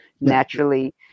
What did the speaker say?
naturally